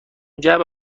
جعبه